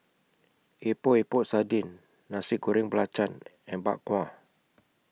Epok Epok Sardin Nasi Goreng Belacan and Bak Kwa